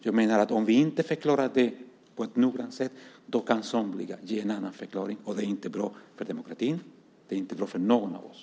Jag menar att om vi inte förklarar det på ett noggrant sätt kan somliga ge en annan förklaring, och det är inte bra för demokratin. Det är inte bra för någon av oss.